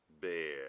bear